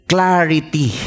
Clarity